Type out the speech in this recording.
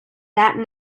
that